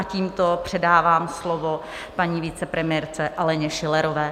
Tímto předávám slovo paní vicepremiérce Aleně Schillerové.